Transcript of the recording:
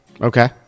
Okay